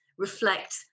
Reflect